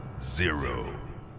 Zero